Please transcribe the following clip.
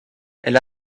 elle